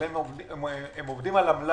אבל הם עובדים על עמלה,